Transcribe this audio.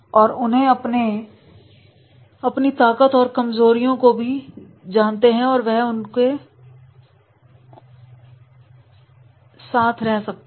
और उन्हें अपनी ताकत और कमजोरियों को जानते हैं और वह उनके सह करता है